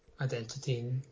identity